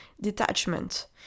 detachment